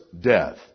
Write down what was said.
death